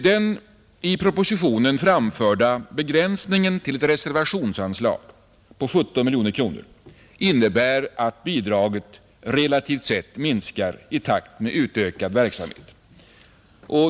Den i propositionen gjorda begränsningen till ett reservationsanslag på 17 miljoner kronor innebär att bidraget relativt sett minskar i takt med utökad verksamhet.